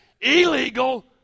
illegal